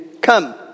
Come